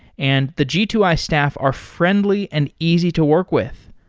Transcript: and the g two i staff are friendly and easy to work with.